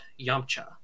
Yamcha